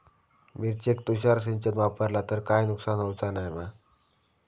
मिरचेक तुषार सिंचन वापरला तर काय नुकसान होऊचा नाय मा?